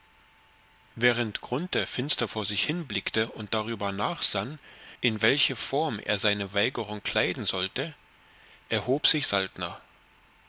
während grunthe finster vor sich hinblickte und darüber nachsann in welche form er seine weigerung kleiden sollte erhob sich